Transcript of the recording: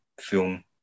film